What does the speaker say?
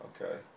Okay